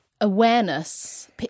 awareness